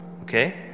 okay